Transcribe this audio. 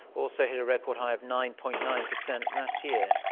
also hit a record-high of nine-point-nine percent last year.